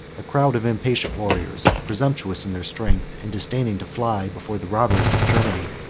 a crowd of impatient warriors, presumptuous in their strength, and disdaining to fly before the robbers of germany,